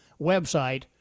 website